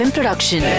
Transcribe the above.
Production